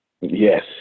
Yes